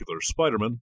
Spider-Man